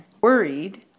Worried